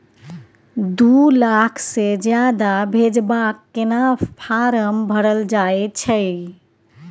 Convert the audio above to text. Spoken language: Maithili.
दू लाख से ज्यादा भेजबाक केना फारम भरल जाए छै?